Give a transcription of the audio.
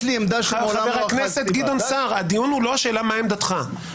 דיון במעמד צד אחד.